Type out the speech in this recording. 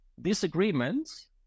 disagreements